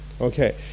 Okay